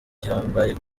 gihambaye